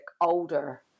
older